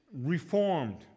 reformed